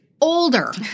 older